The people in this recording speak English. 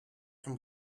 from